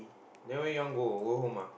then where you want to go go home ah